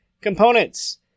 Components